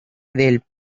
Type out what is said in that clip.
del